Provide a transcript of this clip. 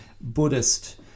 Buddhist